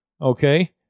okay